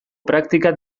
praktikak